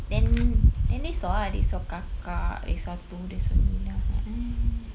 then then they saw ah they saw kakak they saw itu they saw ini